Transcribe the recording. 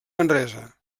manresa